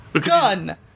Gun